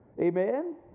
Amen